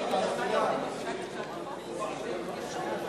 (הוראת שעה)